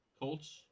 Colts